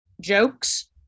jokes